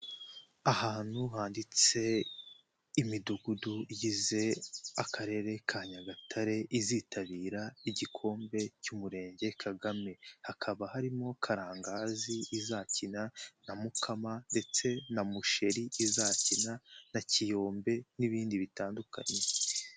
Ahantu handitse imidugudu igize akarere ka Nyagatare, izitabira igikombe cy'Umurenge Kagame. Hakaba harimo Karangazi izakina na Mukama ndetse na Musheri izakina na Kiyombe n'ibindi bitandukanye.